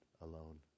alone